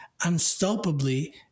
unstoppably